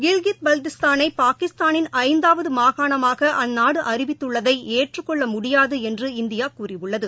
கில்ஜித் பல்திஸ்தானை பாகிஸ்தானின் ஐந்தாவது மாகாணமாக அந்நாடு அறிவித்துள்ளதை ஏற்றுக் கொள்ள முடியாது என்று இந்தியா கூறியுள்ளது